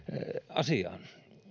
asiaan